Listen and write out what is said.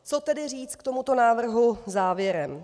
Co tedy říct k tomuto návrhu závěrem?